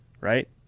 Right